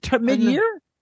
Mid-year